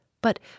but